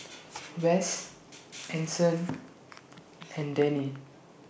Wess Anson and Dennie